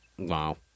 Wow